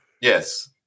yes